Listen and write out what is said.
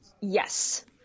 Yes